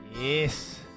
Yes